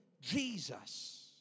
Jesus